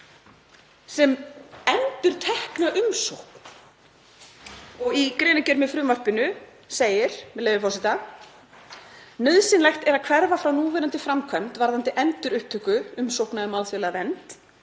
sem endurtekna umsókn. Í greinargerð með frumvarpinu segir, með leyfi forseta: „Nauðsynlegt er að hverfa frá núverandi framkvæmd varðandi endurupptöku umsókna um alþjóðlega vernd